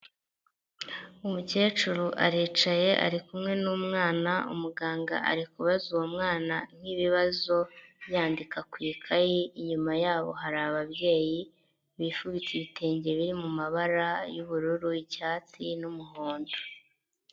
Umukecuru aricaye ari kumwe n'umwana, umuganga ari kubaza uwo mwana ibibazo yandika ku ikayi, inyuma yabo hari ababyeyi bifubitse ibitenge biri mu mabara y'ubururu, icyatsi, n'umuhondo.